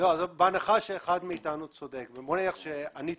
בהנחה שאחד מאתנו צודק, ונניח לרגע שאני צודק,